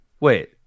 Wait